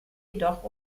jedoch